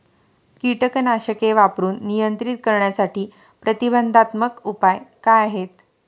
कीटकनाशके वापरून नियंत्रित करण्यासाठी प्रतिबंधात्मक उपाय काय आहेत?